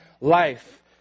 life